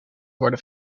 worden